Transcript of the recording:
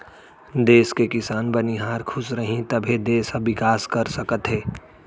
देस के किसान, बनिहार खुस रहीं तभे देस ह बिकास कर सकत हे